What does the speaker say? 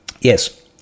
Yes